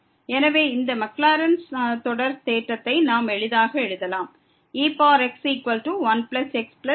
எனவே இந்த மாக்லாரின்ஸ் தொடர் தேற்றத்தை நாம் எளிதாக எழுதலாம் ex1xx22